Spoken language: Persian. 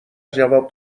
جواب